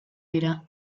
dira